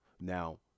Now